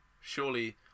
surely